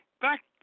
back